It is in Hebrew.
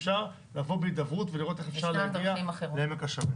אפשר לבוא בהידברות ולראות איך אפשר להגיע לעמק השווה.